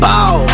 Bow